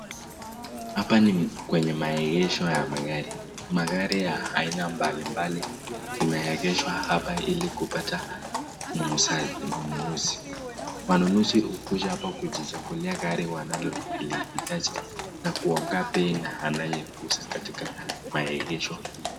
Hapa ni kwenye maenyosho ya magari, magari ya aina mbalimbali zimeegeshwa hapa ilikupata mnunuzi, wanunuzi hukuja hapa kujichagulia gari wanaloliitaji, anayeuza katika maegesho.